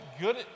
good